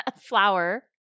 Flower